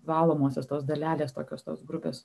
valomosios tos dalelės tokios tos grupės